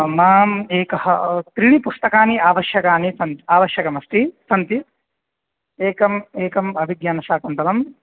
माम् एकः त्रीणि पुस्तकानि आवश्यकानि सन्ति आवश्यकमस्ति सन्ति एकम् एकम् अभिज्ञानशाकुन्तलं